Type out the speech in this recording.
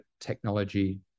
technology